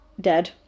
dead